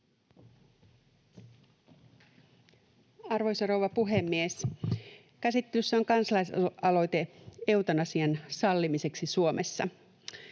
Arvoisa rouva puhemies! Käsittelyssä on kansalaisaloite eutanasian sallimiseksi Suomessa.